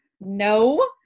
no